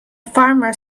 farmer